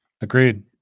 agreed